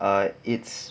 ah it's